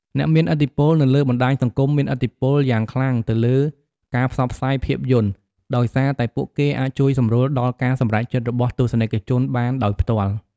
អ្នកមានឥទ្ធិពលនៅលើបណ្ដាញសង្គមមានឥទ្ធិពលយ៉ាងខ្លាំងទៅលើការផ្សព្វផ្សាយភាពយន្ត ដោយសារតែពួកគេអាចជួយសម្រួលដល់ការសម្រេចចិត្តរបស់ទស្សនិកជនបានដោយផ្ទាល់។